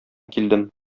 килдем